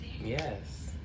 yes